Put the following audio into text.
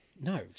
No